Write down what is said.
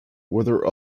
whether